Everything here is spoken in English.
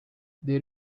they